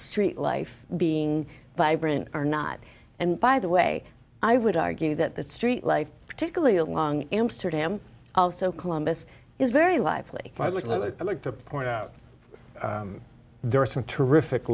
street life being vibrant or not and by the way i would argue that the street life particularly along amsterdam also columbus is very lively i would like to point out there are some terrific